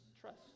trust